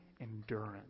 endurance